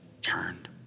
turned